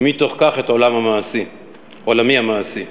ומתוך כך את עולמי המעשי.